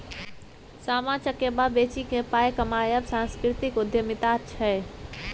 सामा चकेबा बेचिकेँ पाय कमायब सांस्कृतिक उद्यमिता छै